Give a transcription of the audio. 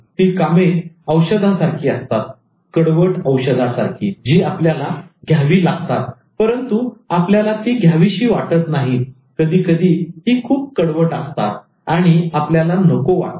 आणि ती कामे औषधा सारखी असतात जी आपल्याला घ्यावी लागतात परंतु आपल्याला ती घ्यावीशी वाटत नाहीत कधीकधी ती खूप कडवट असतात आणि आपल्याला नको वाटतं